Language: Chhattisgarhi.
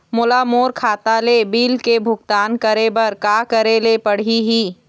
मोला मोर खाता ले बिल के भुगतान करे बर का करेले पड़ही ही?